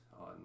on